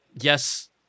yes